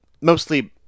mostly